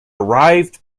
arrived